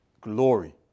Glory